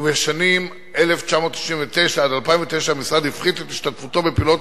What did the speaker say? ובשנים 1999 2009 המשרד הפחית את השתתפותו בפעילויות,